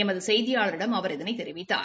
எமது செய்தியாளரிடம் அவர் இதனை தெரிவித்தார்